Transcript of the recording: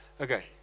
Okay